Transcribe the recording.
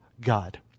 God